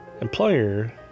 employer